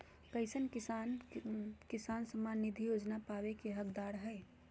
कईसन किसान किसान सम्मान निधि पावे के हकदार हय?